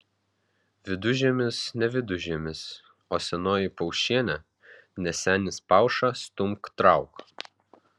vidužiemis ne vidužiemis o senoji paušienė ne senis pauša stumk trauk